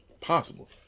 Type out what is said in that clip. possible